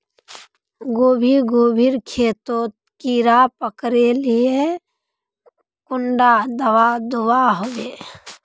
गोभी गोभिर खेतोत कीड़ा पकरिले कुंडा दाबा दुआहोबे?